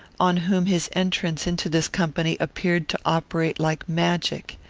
on whom his entrance into this company appeared to operate like magic.